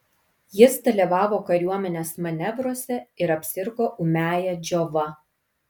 jis dalyvavo kariuomenės manevruose ir apsirgo ūmiąja džiova